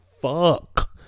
fuck